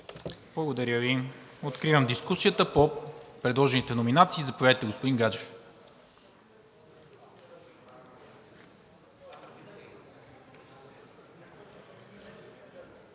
Благодаря Ви. Откривам дискусията по предложените номинации. Заповядайте, господин Гаджев.